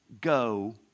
go